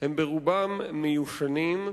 רובם מיושנים,